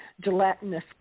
gelatinous